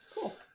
cool